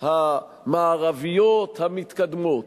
המערביות המתקדמות.